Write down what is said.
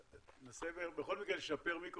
אחרי זה אנחנו נחזור אליך.